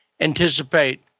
anticipate